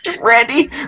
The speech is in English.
Randy